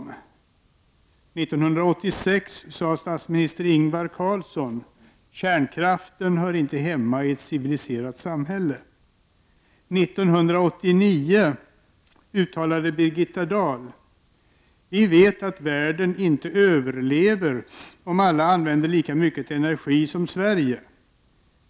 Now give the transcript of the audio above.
1986 sade statsminister Ingvar Carlsson: ”Kärnkraften hör inte hemma i ett civiliserat samhälle.” 1989 uttalade Birgitta Dahl: ”Vi vet att världen inte överlever om alla använder lika mycket energi som Sverige.